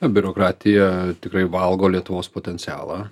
biurokratija tikrai valgo lietuvos potencialą